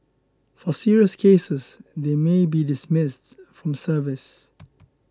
for serious cases they may be dismissed from service